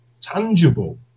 tangible